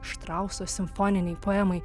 štrauso simfoninei poemai